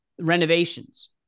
renovations